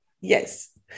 Yes